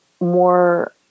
more